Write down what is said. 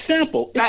simple